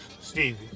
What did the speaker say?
Stevie